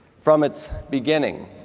from its beginning,